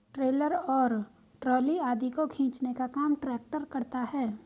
trailer और trolley आदि को खींचने का काम ट्रेक्टर करता है